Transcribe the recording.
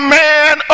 man